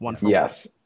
Yes